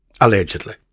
allegedly